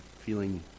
feeling